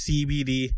CBD